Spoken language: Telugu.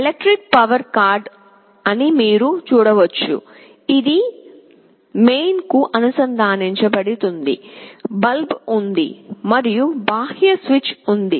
ఎలక్ట్రిక్ పవర్ కార్డ్ అని మీరు చూడవచ్చు ఇది మెయిన్కు అనుసంధానించబడుతుంది బల్బ్ ఉంది మరియు బాహ్య స్విచ్ ఉంది